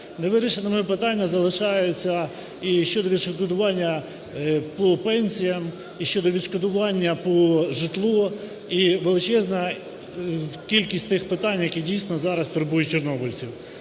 Невирішеними питання залишаються і щодо відшкодування по пенсіям, і щодо відшкодування по житлу. І величезна кількість тих питань, які, дійсно, зараз турбують чорнобильців.